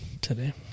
today